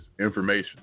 information